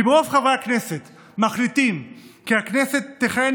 ואם רוב חברי הכנסת מחליטים כי הכנסת תכהן